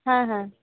হ্যাঁ হ্যাঁ